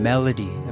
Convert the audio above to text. Melody